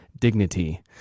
dignity